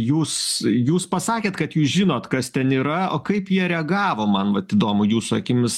jūs jūs pasakėt kad jūs žinot kas ten yra o kaip jie reagavo man vat įdomu jūsų akimis